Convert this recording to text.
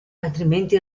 altrimenti